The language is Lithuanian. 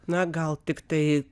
na gal tiktai